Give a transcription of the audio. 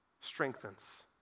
strengthens